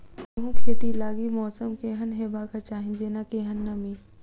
गेंहूँ खेती लागि मौसम केहन हेबाक चाहि जेना केहन नमी?